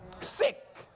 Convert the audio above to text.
sick